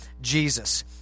Jesus